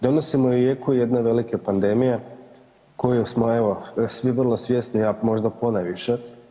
Donosimo je u jeku jedne velike pandemije, koju smo evo svi vrlo svjesni, a ja možda ponajviše.